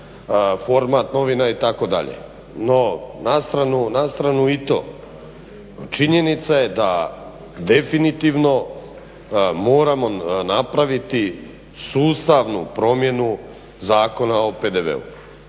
format novina itd. No, na stranu i to. No, činjenica je da definitivno moramo napraviti sustavnu promjenu Zakona o PDV-u,